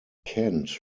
kent